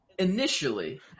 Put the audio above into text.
initially